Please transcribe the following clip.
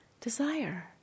Desire